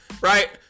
right